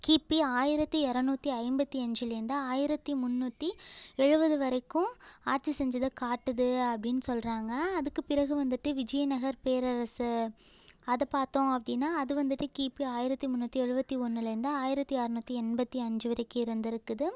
கிபி ஆயிரத்தி இரநூத்தி ஐம்பத்தி அஞ்சிலேருந்து ஆயிரத்தி முந்நூற்றி எழுபது வரைக்கும் ஆட்சி செஞ்சதை காட்டுது அப்படின்னு சொல்கிறாங்க அதுக்குப் பிறகு வந்துட்டு விஜயநகர் பேரரசு அதை பார்த்தோம் அப்படின்னா அது வந்துட்டு கிபி ஆயிரத்தி முந்நூற்றி எழுபத்தி ஒன்னுலேருந்து ஆயிரத்தி அறநூற்றி எண்பத்தி அஞ்சு வரைக்கும் இருந்திருக்குது